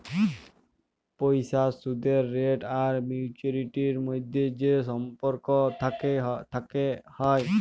পইসার সুদের রেট আর ম্যাচুয়ারিটির ম্যধে যে সম্পর্ক থ্যাকে হ্যয়